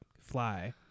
fly